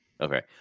Okay